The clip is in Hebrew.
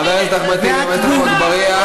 חבר הכנסת אחמד טיבי, חבר הכנסת עפו אגבאריה,